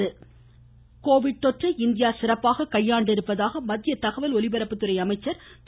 Prakash Javadekar Covid தொற்றை India சிறப்பாக கையாண்டிருப்பதாக மத்திய தகவல் ஒலிபரப்புத்துறை அமைச்சர் திரு